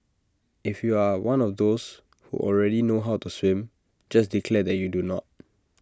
if you are one of those who already know how to swim just declare that you do not